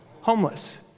homeless